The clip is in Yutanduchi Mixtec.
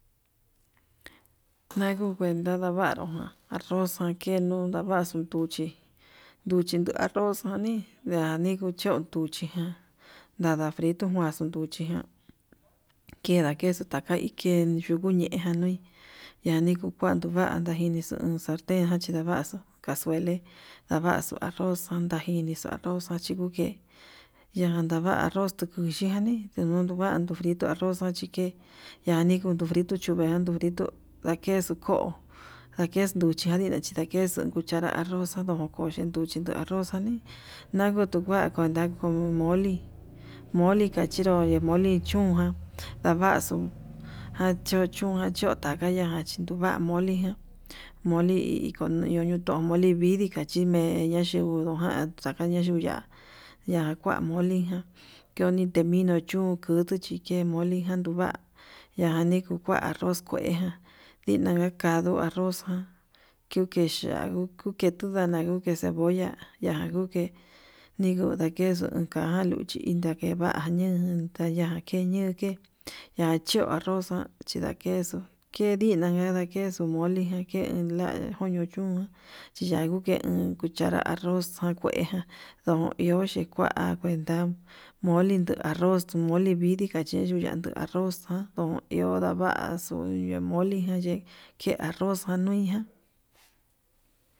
Naguu kuenta navaru ján arroz, kuatenu ndavaxu nruchí nduchi no arroz ndani ndani kuchon nduchí, na'a nada frito naxuu nduchí ña'a keda queso takan iin yuu kuñeja nui yaniku vee tukuanta minixu saltenjan kundavaxu casuele ndavaxu arroz ján tajini arrozjan chikukue chajan arroz tukuxhani ninuvandu frito arroz ján chike ñani kutu fritu chuve anduu frito ndakexu ko'o, kakexu jandi ruxhi ndakexu cuchara arroz jan ndadojo kochen nduxe'e nduu arroz janii nanguu tujuan kuenta como mole, moli kachiru moli chún ján ndavaxu achu chún ndakaya nachinuva moli ján moli ikoño moli vidii, ikachime ihoño nonjuan takaña yuya'a ña'a kua moli ján kiuni teminu chún kuu nduchike molijan kuu va'a yani kuu kua arroz kuejan, dinaga kandó arroz jan ku ke ya'á ku ke tinana ku ke cebolla ya'a ndake kukedakexu kuu caja luchí ndeva'a kuu keñan taluke ña cho arroz jan chindakexu kedinaga ndakexu moli kidake la'a kuño chún jan keya kuke cuchanrá arroz jan kuejan ndo iho chikua kuenta moli tuu arroz tu moli vidii, ikache yunyandu arroz ján ndo iho ndavaxu molijan ye'e ke arroz ján nuijan.